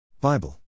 Bible